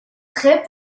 prêt